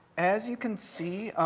as you can see,